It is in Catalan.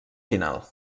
final